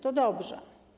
To dobrze.